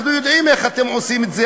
אנחנו יודעים איך אתם עושים את זה,